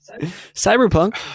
Cyberpunk